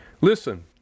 Listen